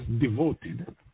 devoted